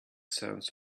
sense